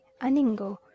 aningo